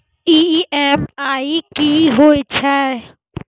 EMI कि होय छै?